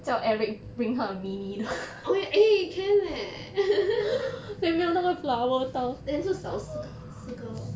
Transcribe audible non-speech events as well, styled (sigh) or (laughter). orh ya eh can leh (laughs) then 就少四个四个 lor